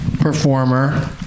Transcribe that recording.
performer